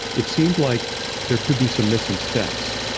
it seemed like there could be some missing steps.